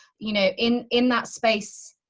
you know, in in that space,